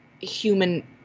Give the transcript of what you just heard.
human